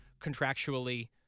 contractually